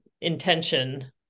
intention